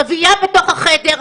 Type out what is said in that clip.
רביעייה בתוך החדר,